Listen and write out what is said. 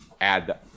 add